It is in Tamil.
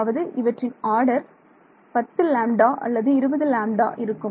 அதாவது இவற்றின் ஆர்டர் 10 லாம்டா அல்லது 20 லாம்டா இருக்கும்